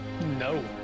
No